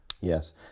Yes